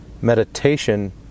Meditation